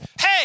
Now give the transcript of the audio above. Hey